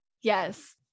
Yes